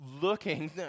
looking